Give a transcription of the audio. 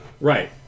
Right